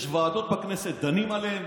יש ועדות בכנסת, דנים עליהם,